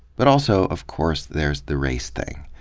but also, of course, there's the race thing.